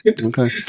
Okay